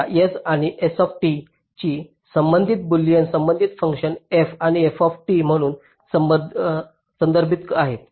समजा S आणि S शी संबंधित बुलियन संबंधित फंक्शन F आणि F म्हणून संदर्भित आहेत